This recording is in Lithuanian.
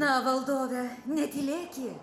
na valdove netylėki